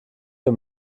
wir